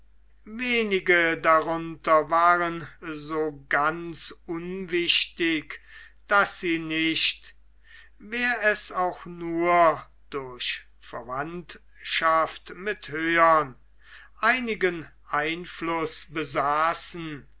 wenige darunter waren so ganz unwichtig daß sie nicht wär es auch nur durch verwandtschaft mit höhern einigen einfluß besaßen